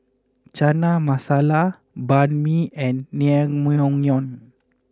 Chana Masala Banh Mi and Naengmyeon